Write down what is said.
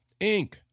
Inc